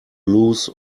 lose